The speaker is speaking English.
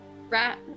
Rat-